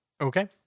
Okay